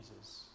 Jesus